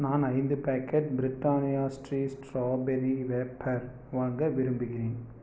நான் ஐந்து packet Britannia Treat strawberry wafer வாங்க விரும்புகிறேன்